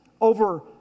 over